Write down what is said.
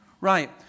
Right